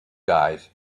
guys